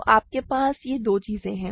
तो आपके पास ये दो चीजें हैं